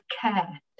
care